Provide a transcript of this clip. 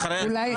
אחרי ההצבעה?